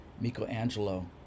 Michelangelo